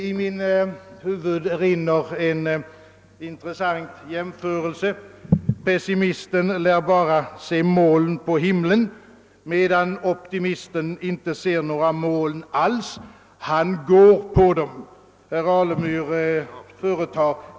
I mitt huvud rinner en intressant jämförelse upp: pessimisten lär bara se moln på himlen, medan optimisten inte ser några moln alls — han går på dem.